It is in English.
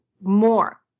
more